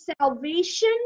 salvation